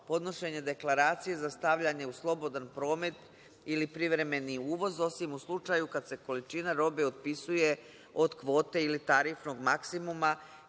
podnošenje deklaracije za stavljanje u slobodan promet ili privremeni uvoz, osim u slučaju kada se količina robe otpisuje od kvote ili tarifnog maksimuma.